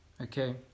okay